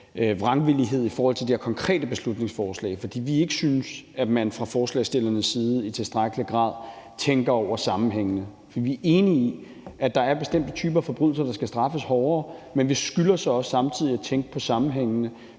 vrangvillighed i forhold til det her konkrete beslutningsforslag, nemlig at vi ikke synes, at man fra forslagsstillernes side i tilstrækkelig grad tænker over sammenhængene. For vi enige i, at der er bestemte typer forbrydelser, der skal straffes hårdere, men vi skylder så også samtidig at tænke på sammenhængene,